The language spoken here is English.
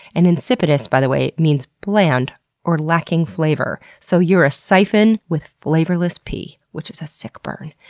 and insipidus by the way, means bland or lacking flavor so you're a siphon with flavorless pee, which is a sick burn.